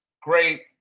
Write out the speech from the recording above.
great